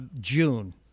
June